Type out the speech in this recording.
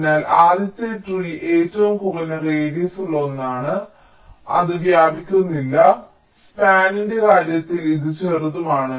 അതിനാൽ ആദ്യത്തെ ട്രീ ഏറ്റവും കുറഞ്ഞ റേഡിയസുള്ള ഒന്നാണ് അതിനർത്ഥം അത് വ്യാപിക്കുന്നില്ല സ്പാനിന്റെ കാര്യത്തിൽ ഇത് ചെറുതാണ്